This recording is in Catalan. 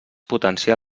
potenciar